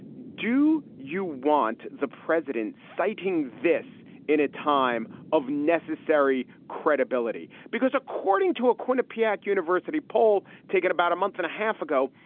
do you want the president citing this in a time of necessary credibility? because according to a quinnipiac university poll taken about a month and a half ago,